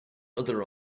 other